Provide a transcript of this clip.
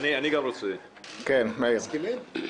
מאיר, בבקשה.